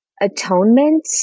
Atonement